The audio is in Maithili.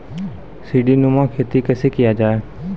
सीडीनुमा खेती कैसे किया जाय?